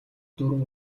дүүрэн